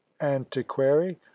Antiquary